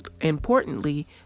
importantly